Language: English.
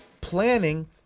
planning